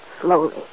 Slowly